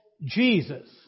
Jesus